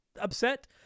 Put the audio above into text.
upset